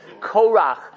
Korach